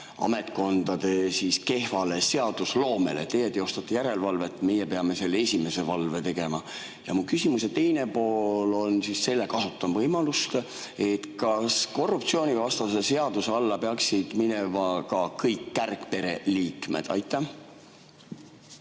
ametkondade kehvale seadusloomele? Teie teostate järelevalvet, meie peame selle esimese valve tegema. Mu küsimuse teine pool on see, kasutan võimalust: kas korruptsioonivastase seaduse alla peaksid minema ka kõik kärgpere liikmed? Tänan,